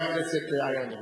חבר הכנסת אייכלר.